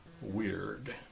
WEIRD